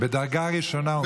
בדרגה ראשונה.